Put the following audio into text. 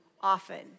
often